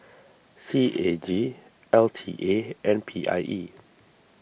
C A G L T A and P I E